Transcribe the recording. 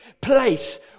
place